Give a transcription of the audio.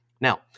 Now